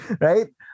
right